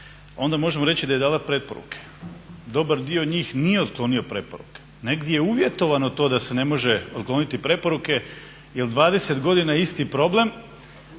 onda možemo reći da je dala preporuke. Dobar dio njih nije otklonio preporuke. Negdje je uvjetovano to da se ne može otkloniti preporuke, jer 20 godina je isti problem